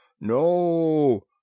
no